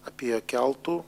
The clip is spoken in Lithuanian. apie keltų